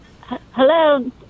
Hello